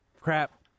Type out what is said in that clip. Crap